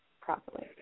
properly